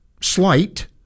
Slight